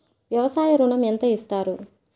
వ్యవసాయ ఋణం ఎంత ఇస్తారు?